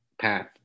path